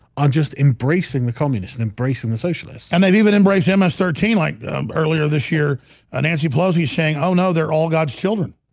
i'm just embracing the communists embracing the socialists and they've even embraced ms thirteen like earlier this year a nancy pelosi saying, oh no they're all god's children.